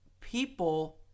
people